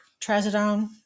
trazodone